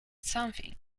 something